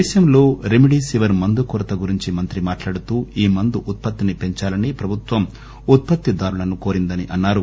దేశంలో remdesivir మందు కొరత గురించి మంత్రి మాట్లాడుతూ ఈ మందు ఉత్పత్తిని పెంచాలని ప్రభుత్వం ఉత్పత్తిదారులను కోరిందని అన్నారు